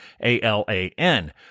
A-L-A-N